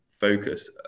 focus